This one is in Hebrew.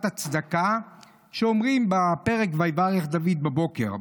הצדקה שאומרים בפרק "ויברך דוד" בבוקר,